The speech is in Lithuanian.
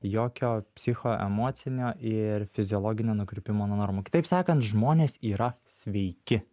jokio psichoemocinio ir fiziologinio nukrypimo nuo normų kitaip sakant žmonės yra sveiki